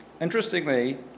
Interestingly